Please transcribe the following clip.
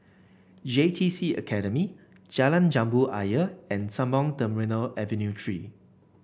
J T C Academy Jalan Jambu Ayer and Sembawang Terminal Avenue Three